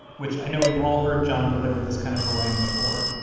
which i know we've all heard john deliver this kind of harangue before,